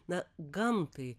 na gamtai